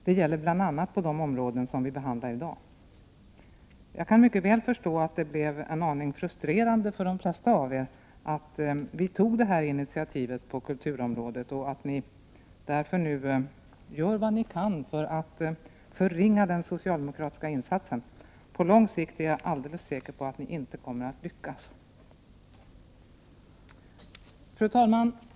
Det gäller bl.a. på de områden vi behandlar i dag. Jag kan mycket väl förstå att det blev en aning frustrerande för de flesta av er att vi tog det här initiativet på kulturområdet och att ni därför nu gör vad ni kan för att förringa den socialdemokratiska insatsen. Jag är alldeles säker på att ni på lång sikt inte kommer att lyckas. Fru talman!